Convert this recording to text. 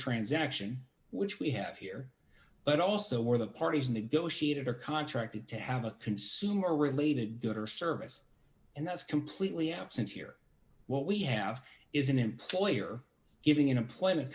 transaction which we have here but also where the parties negotiated or contracted to have a consumer related or service and that's completely absent here what we have is an employer giving employment